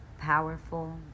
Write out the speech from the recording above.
powerful